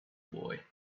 boy